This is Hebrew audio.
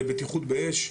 לבטיחות באש,